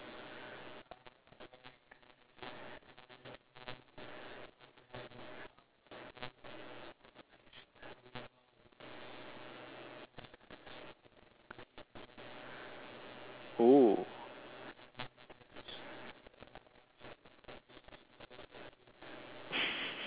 oo